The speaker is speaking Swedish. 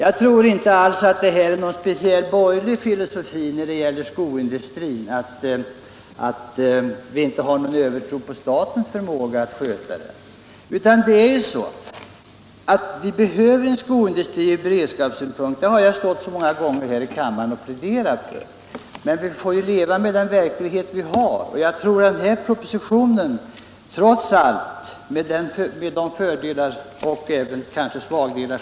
Att vi inte hyser någon övertro på statens förmåga att sköta skoindustrin är inte alls någon speciellt borgerlig filosofi. Landet behöver en skoindustri från beredskapssynpunkt. Det har jag många gånger pläderat för här i kammaren. Men vi får leva med den verklighet vi har. Pro positionen har sina fördelar och kanske nackdelar.